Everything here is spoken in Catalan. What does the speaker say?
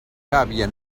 gàbia